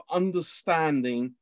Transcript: understanding